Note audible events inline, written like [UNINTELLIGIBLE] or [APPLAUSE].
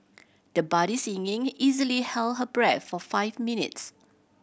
the budding [UNINTELLIGIBLE] easily held her breath for five minutes